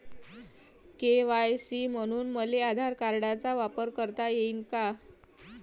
KYC म्हनून मले आधार कार्डाचा वापर करता येईन का?